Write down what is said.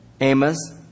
Amos